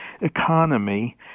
economy